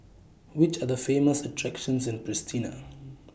Which Are The Famous attractions in Pristina